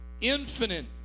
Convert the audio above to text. infinite